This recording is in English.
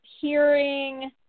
hearing